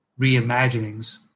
reimaginings